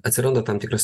atsiranda tam tikras